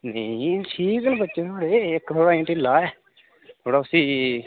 नेईं ठीक न बच्चे इक्क थोह्ड़ा ढिल्ला ऐ थोह्ड़ा उसी